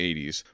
80s